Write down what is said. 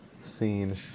scene